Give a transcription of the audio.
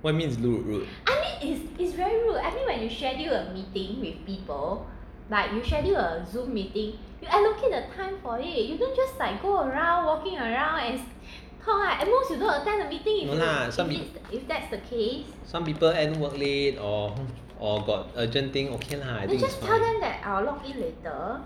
what you mean is very rude no lah some people some people end work late or or got urgent thing okay lah I think it's not